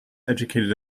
educated